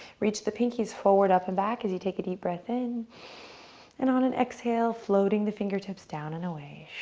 reach the pinkies forward, up and back. as you take a deep breath in and on an exhale floating the fingertips down and away,